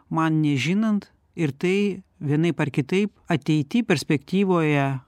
man nežinant ir tai vienaip ar kitaip ateityj perspektyvoje